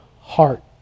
heart